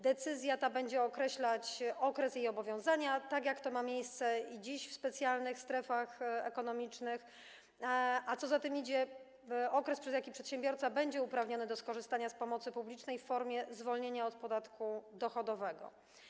Decyzja ta będzie określać okres jej obowiązywania, tak jak to ma miejsce i dziś w specjalnych strefach ekonomicznych, a co za tym idzie, okres, przez jaki przedsiębiorca będzie uprawniony do skorzystania z pomocy publicznej w formie zwolnienia od podatku dochodowego.